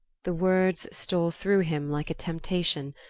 the words stole through him like a temptation,